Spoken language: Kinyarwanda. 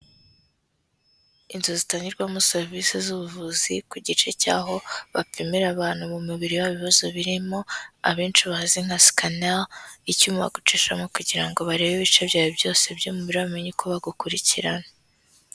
Inzu zitangirwamo serivisi z'ubuvuzi ku gice cy'aho bapimira abantu mu mubiri wabo ibibazo birimo, abenshi bazi nka sikaneri; icyuma bagucishamo kugira ngo barebe ibice byawe byose by'umubiri bamenye uko bagukurikirana.